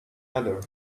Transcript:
other